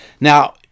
Now